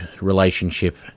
relationship